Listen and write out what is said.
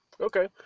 okay